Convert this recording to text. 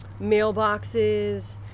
mailboxes